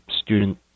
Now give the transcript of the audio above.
student